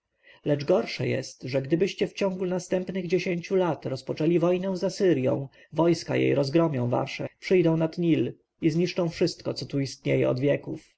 gorsze jest że gdybyście w ciągu następnych dziesięciu lat rozpoczęli wojnę z asyrją wojska jej rozgromią wasze przyjdą nad nil i zniszczą wszystko co tu istnieje od wieków